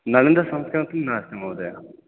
नलन्दा संस्करणमपि नास्ति महोदय